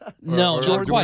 No